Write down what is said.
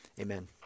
Amen